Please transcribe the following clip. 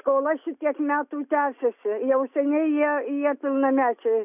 skola šitiek metų tęsiasi jau seniai jie jie pilnamečiai